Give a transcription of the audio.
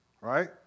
right